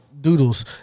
doodles